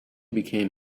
became